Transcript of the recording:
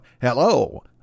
hello